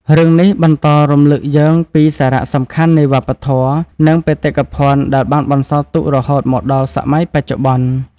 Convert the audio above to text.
រឿងនេះបន្តរំឭកយើងពីសារៈសំខាន់នៃវប្បធម៌ និងបេតិកភណ្ឌដែលបានបន្សល់ទុករហូតមកដល់សម័យបច្ចុប្បន្ន។